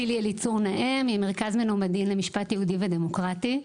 צילי אליצור נאה ממרכז מנומדין למשפט יהודי ודמוקרטי.